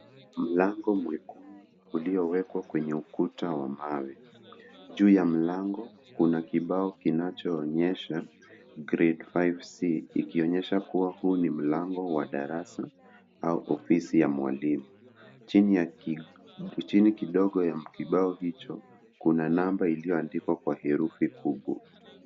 Mlango mwekundu uliowekwa kwenye ukuta wa mawe. Juu ya mlango kuna kibao kinachoonyesha grade 5c , ikionyesha kuwa huu ni mlango wa darasa au ofisi ya mwalimu. Chini kidogo ya kibao hicho, kuna namba iliyoandikwa kwa herufi kubwa.